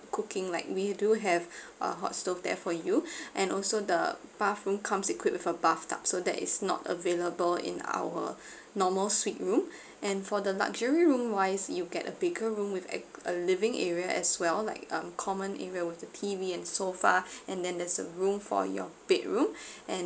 cooking like we do have a hot stove there for you and also the bathroom comes equip with a bathtub so that is not available in our normal suite room and for the luxury room wise you get a bigger room with a a living area as well like um common area with the T_V and sofa and then there's a room for your bedroom and